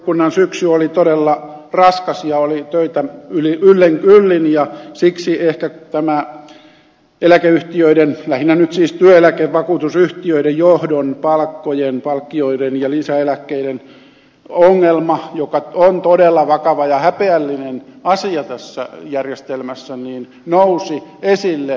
talousvaliokunnan syksy oli todella raskas ja oli töitä yllin kyllin ja siksi ehkä tämä eläkeyhtiöiden lähinnä nyt siis työeläkevakuutusyhtiöiden johdon palkkojen palkkioiden ja lisäeläkkeiden ongelma joka on todella vakava ja häpeällinen asia tässä järjestelmässä nousi esille